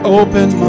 open